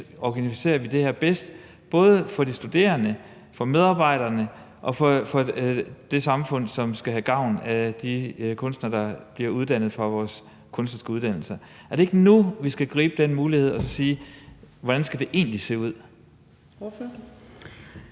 organiserer det her både for de studerende, for medarbejderne og for det samfund, som skal have gavn af de kunstnere, der bliver uddannet fra vores kunstneriske uddannelser. Er det ikke nu, vi skal gribe den mulighed og så sige: Hvordan skal det egentlig se ud?